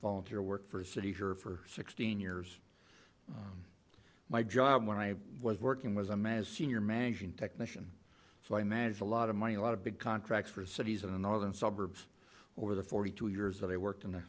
volunteer work for city tour for sixteen years my job when i was working was i'm as senior managing technician so i manage a lot of money a lot of big contracts for cities in the northern suburbs or the forty two years that i worked in the